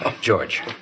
George